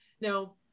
Now